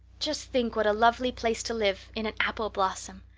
just think what a lovely place to live in an apple blossom!